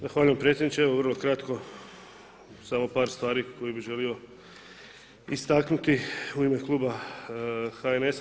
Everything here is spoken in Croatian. Zahvaljujem predsjedniče, evo vrlo kratko, samo par stvari koje bi želio istaknuti u ime Kluba HNS-a.